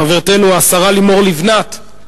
חברתנו השרה לימור לבנת,